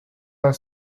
are